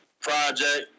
Project